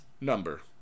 number